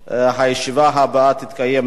הישיבה הבאה תתקיים מחר,